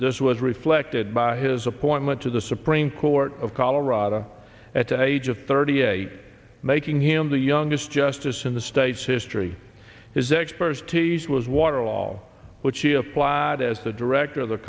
this was reflected by his appointment to the supreme court of colorado at the age of thirty eight making him the youngest justice in the state's history his expertise was waterall which he applied as the director of the